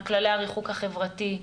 על כללי הריחוק החברתי,